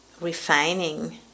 refining